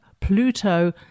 Pluto